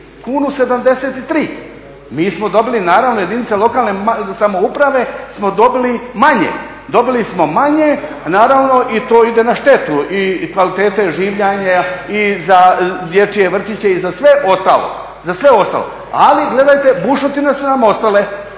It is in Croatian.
1,73. Mi smo dobili naravno, jedinice lokalne samouprave smo dobili manje, dobili smo manje, naravno i to ide na štetu i kvalitete življenja i za dječje vrtiće i za sve ostalo, ali gledajte bušotine su nam ostale